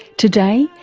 today,